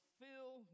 fill